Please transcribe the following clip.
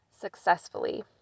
successfully